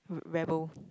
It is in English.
re~ rebel